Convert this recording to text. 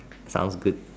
sounds good